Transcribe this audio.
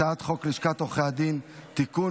הצעת חוק לשכת עורכי הדין (תיקון,